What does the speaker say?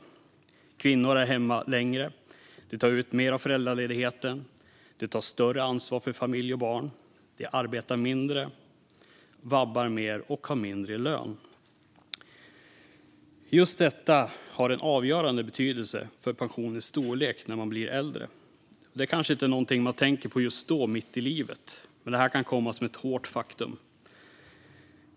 Det handlar om att kvinnor är hemma längre och även tar ut mer av föräldraledigheten. De tar större ansvar för familj och barn, arbetar mindre, vabbar mer och har mindre i lön. Allt detta har en avgörande betydelse för pensionens storlek när man blir äldre. Det kanske inte är någonting man tänker på mitt i livet, men det kan komma som ett hårt faktum.